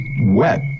wet